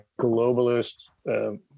globalist